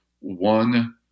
one